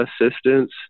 assistance